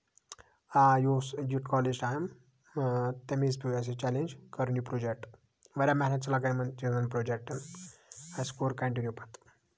آ یہِ اوس کالیج ٹایم تَمہِ وِزِ پیوٚو اَسہِ یہِ چیلینج کَرُن یہِ پروجٮ۪کٹ واریاہ محنت چھِ لَگان یِمَن چیٖزَن پروجٮ۪کٹَن اَسہِ کوٚر کَنٹِنیوٗ پَتہٕ